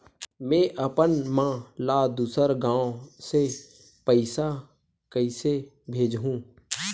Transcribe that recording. में अपन मा ला दुसर गांव से पईसा कइसे भेजहु?